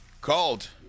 called